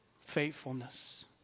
faithfulness